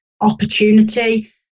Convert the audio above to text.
opportunity